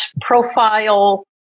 Profile